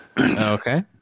Okay